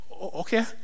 okay